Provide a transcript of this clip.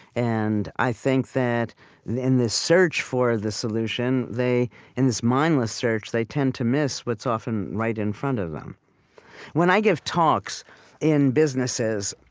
and i think that in this search for the solution, they in this mindless search, they tend to miss what's often right in front of them when i give talks in businesses,